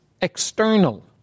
external